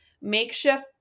makeshift